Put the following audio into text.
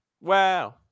Wow